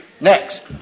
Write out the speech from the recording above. Next